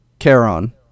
Charon